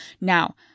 Now